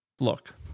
look